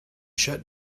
shut